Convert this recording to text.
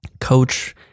coach